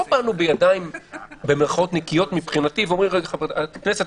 לא באנו בידיים נקיות מבחינתי ואומרים: הכנסת,